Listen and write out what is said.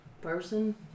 person